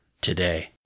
today